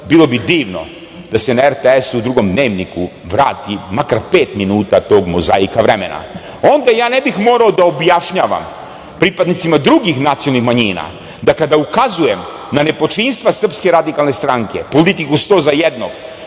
bi divno da se na RTS-u u drugom Dnevniku vrati makar pet minuta tog mozaika vremena. Onda ja ne bih morao da objašnjavam pripadnicima drugih nacionalnih manjina da kada ukazujem na nepočinstva SRS, politiku 100 za jednog,